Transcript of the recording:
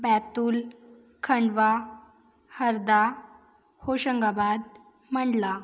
Betul Khandwa Harda Hoshangabad Mandla